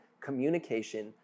communication